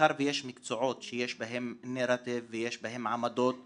מאחר ויש מקצועות שיש בהם נרטיב ויש בהם עמדות שונות,